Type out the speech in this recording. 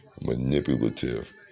manipulative